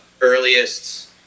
earliest